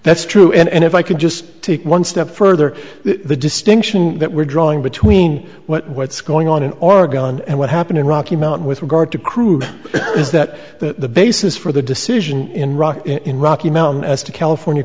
that's true and if i could just take one step further the distinction that we're drawing between what's going on in oregon and what happened in rocky mount with regard to crude is that the basis for the decision in rock in rocky mountain as to california